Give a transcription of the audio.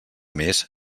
més